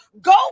Go